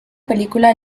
película